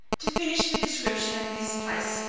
to finish the description of this place,